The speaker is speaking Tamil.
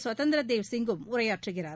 சுதந்திர தேவ்சிங் கும் உரையாற்றுகிறார்